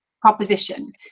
proposition